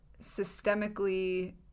systemically